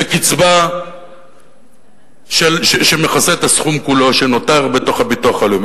הקצבה שמכסה את הסכום כולו שנותר בתוך הביטוח הלאומי.